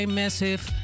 massive